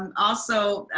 and also,